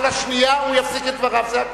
על השנייה הוא יפסיק את דבריו, זה הכול.